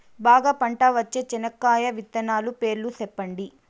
బాగా పంట వచ్చే చెనక్కాయ విత్తనాలు పేర్లు సెప్పండి?